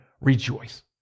rejoice